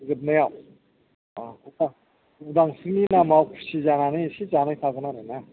जोबनायाव उदांस्रिनि नामाव खुसि जानानै एसे जानाय थागोन आरोना